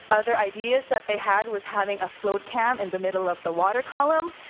other ideas that they had was having a float cam in the middle of the water column.